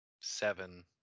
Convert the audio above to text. seven